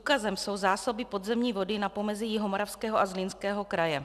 Důkazem jsou zásoby podzemní vody na pomezí Jihomoravského a Zlínského kraje.